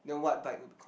then what bike